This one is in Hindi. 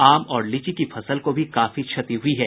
आम और लीची की फसल को भी काफी क्षति हुई है